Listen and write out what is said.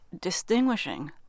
distinguishing